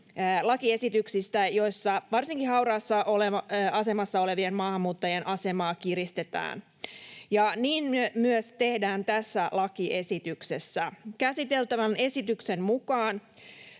lakiesityksistä, joissa varsinkin hauraassa asemassa olevien maahanmuuttajien asemaa kiristetään, ja niin myös tehdään tässä lakiesityksessä. Käsiteltävän esityksen mukaan